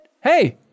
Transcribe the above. Hey